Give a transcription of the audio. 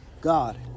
God